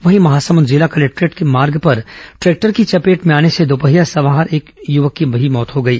वहीं महासमंद जिला कलेक्टोरेट मार्ग पर ट्रैक्टर की चपेट में आने से दोपहिया सवार एक युवक की भी मौत हो गई